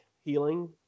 healing